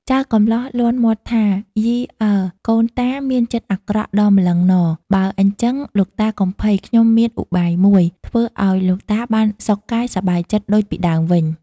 ចៅកម្លោះលាន់មាត់ថា “ យីអើ! កូនតាមានចិត្តអាក្រក់ដល់ម្លឹងហ្ន៎បើអីចឹង លោកតាកុំភ័យ ខ្ញុំមានឧបាយមួយ ធ្វើឱ្យលោកតាបានសុខកាយសប្បាយចិត្តដូចពីដើមវិញ។